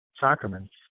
sacraments